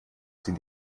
sind